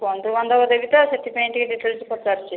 ଆଜ୍ଞା ମୁଁ ବନ୍ଧୁବାନ୍ଧବ ଦେବି ତ ସେଥିପାଇଁ ଟିକେ ଡ଼ିଟେଲସରେ ପଚାରୁଛି